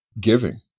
giving